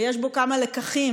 ויש בו כמה לקחים